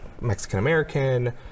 Mexican-American